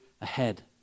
ahead